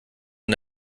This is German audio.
von